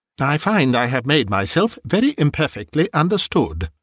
i find i have made myself very imperfectly understood.